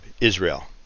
Israel